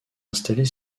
installer